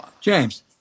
James